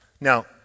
now